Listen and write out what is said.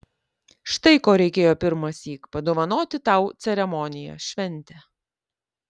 štai ko reikėjo pirmąsyk padovanoti tau ceremoniją šventę